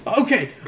Okay